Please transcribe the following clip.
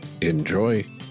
Enjoy